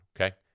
Okay